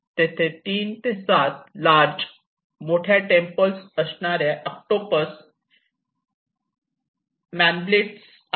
तेथे 3 ते 7 मोठ्या टेंपल्स असणा ्या मोठ्या ऑक्टोपसमध्ये म्यानलाब्बीट आहे